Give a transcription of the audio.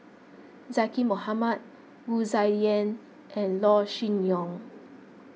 Zaqy Mohamad Wu Tsai Yen and Yaw Shin Leong